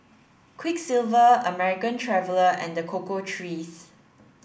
Quiksilver American Traveller and the Cocoa Trees